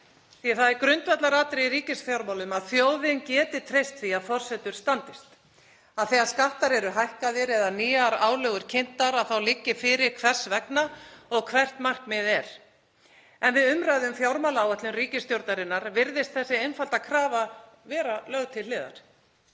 því að það er grundvallaratriði í ríkisfjármálum að þjóðin geti treyst því að forsendur standist, að þegar skattar eru hækkaðir eða nýjar álögur kynntar þá liggi fyrir hvers vegna og hvert markmiðið er. En við umræðu um fjármálaáætlun ríkisstjórnarinnar virðist þessi einfalda krafa vera lögð til hliðar.